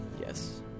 Yes